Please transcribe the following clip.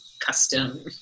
custom